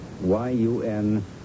Y-U-N